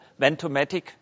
ventomatic